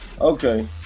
Okay